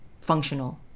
Functional